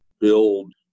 build